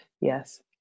Yes